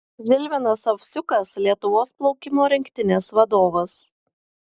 žilvinas ovsiukas lietuvos plaukimo rinktinės vadovas